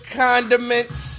condiments